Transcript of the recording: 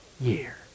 year